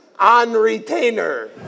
On-retainer